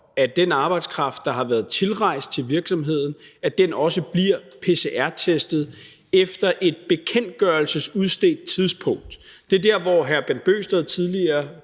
at den arbejdskraft, der er tilrejst til virksomheden, også bliver pcr-testet efter et bekendtgørelsesudstedt tidspunkt. Det er der, hvor hr. Bent Bøgsted tidligere